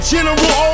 General